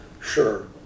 sure